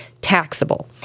taxable